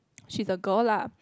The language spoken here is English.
she's a girl lah